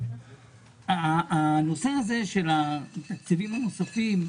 הסעיף הזה של התקציבים הנוספים,